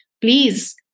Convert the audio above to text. please